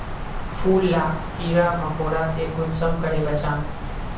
फूल लाक कीड़ा मकोड़ा से कुंसम करे बचाम?